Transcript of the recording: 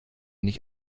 nicht